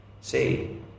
See